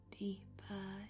deeper